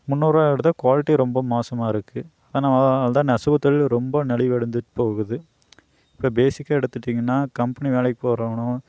மூன்னூறுருவா எடுத்தால் குவாலிட்டி ரொம்ப மோசமாக இருக்குது ஏன்னால் அதுதான் நெசவு தொழில் ரொம்ப நலிவடைஞ்சிட்டு போகுது இப்போ பேசிக்காக எடுத்துட்டிங்கனா கம்பெனி வேலைக்கு போகிறவனும்